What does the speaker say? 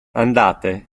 andate